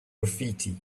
graffiti